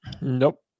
Nope